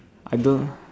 I don't